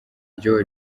ryo